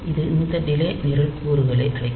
இது இந்த டிலே நிரல்கூறுகளை அழைக்கும்